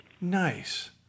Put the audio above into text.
Nice